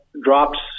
drops